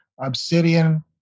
obsidian